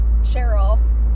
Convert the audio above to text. Cheryl